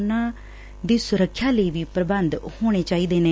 ਉਨਾਂ ਦੀ ਸੁਰੱਖਿਆ ਲਈ ਵੀ ਪ੍ਰਬੰਧ ਹੋਣੇ ਚਾਹੀਦੇ ਨੇ